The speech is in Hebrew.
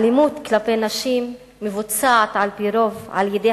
האלימות כלפי נשים מבוצעת על-פי רוב על-ידי